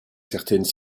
certaines